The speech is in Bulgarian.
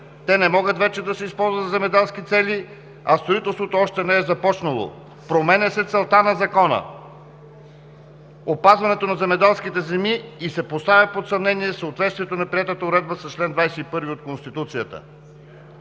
Те не могат вече да се използват за земеделски цели, а строителството още не е започнало. Подменя се целта на Закона – опазването на земеделските земи, и се поставя под съмнение съответствието на приетата уредба с чл. 21 от Конституцията“.